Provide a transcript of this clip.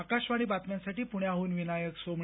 आकाशवाणीच्या बातम्यांसाठी पुण्याहून विनायक सोमणी